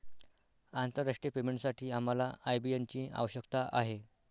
आंतरराष्ट्रीय पेमेंटसाठी आम्हाला आय.बी.एन ची आवश्यकता आहे